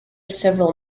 several